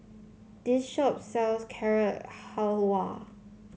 this shop sells Carrot Halwa